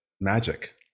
magic